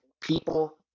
people